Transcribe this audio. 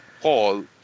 Paul